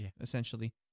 essentially